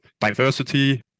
diversity